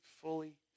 fully